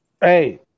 Hey